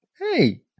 hey